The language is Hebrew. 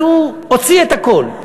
אז הוא הוציא את הכול.